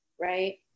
Right